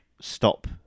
stop